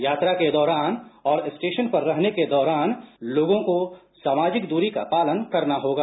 यात्रा के दौरान और स्टेशन पर रहने के दौरान लोगों को सामाजिक दूरी का पालन करना होगा